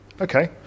okay